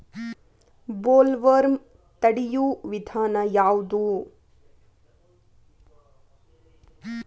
Bollworm ತಡಿಯು ವಿಧಾನ ಯಾವ್ದು?